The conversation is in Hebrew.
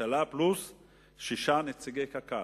פלוס שישה נציגי קק"ל.